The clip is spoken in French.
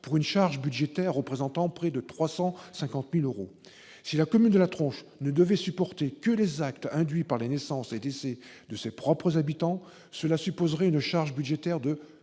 pour une charge budgétaire représentant près de 350 000 euros. Si La Tronche ne devait supporter que les actes induits par les naissances et décès de ses propres habitants, sa charge budgétaire